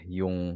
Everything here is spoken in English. yung